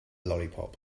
lollipop